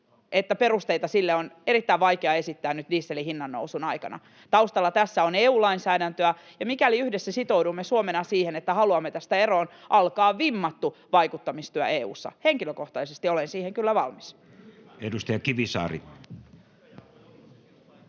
että perusteita sille on erittäin vaikea esittää nyt dieselin hinnannousun aikana. Taustalla on EU-lainsäädäntöä, ja mikäli yhdessä Suomena sitoudumme siihen, että haluamme tästä eroon, alkaa vimmattu vaikuttamistyö EU:ssa. Henkilökohtaisesti olen siihen kyllä valmis. [Timo Heinonen: